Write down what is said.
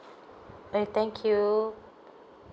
K thank you